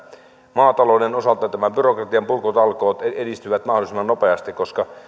maatalouden osalta nämä byrokratian purkutalkoot edistyvät mahdollisimman nopeasti